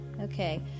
Okay